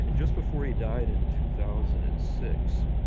and just before he died in two thousand and six,